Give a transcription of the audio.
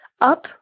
up